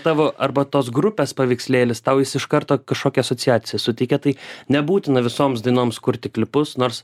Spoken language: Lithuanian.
tavo arba tos grupės paveikslėlis tau jis iš karto kažkokią asociaciją suteikia tai nebūtina visoms dainoms kurti klipus nors